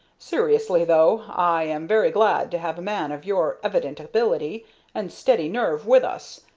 seriously, though, i am very glad to have a man of your evident ability and steady nerve with us,